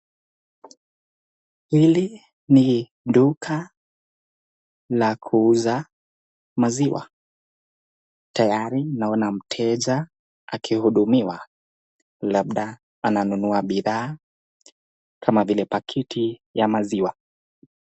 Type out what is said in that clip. Hili ni duka la kuuza maziwa, tayari naona mteja akihudumiwa labda ananunua bidhaa kama vile baketi ya maziwa.